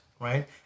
Right